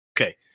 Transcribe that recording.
okay